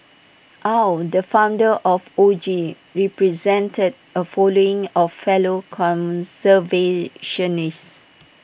aw the founder of O G represented A following of fellow conservationists